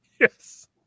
Yes